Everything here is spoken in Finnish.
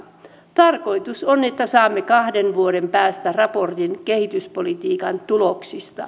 tarkoitus on että saamme kahden vuoden päästä raportin kehityspolitiikan tuloksista